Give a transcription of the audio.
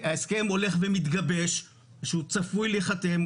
שההסכם הולך ומתגבש וצפוי להיחתם,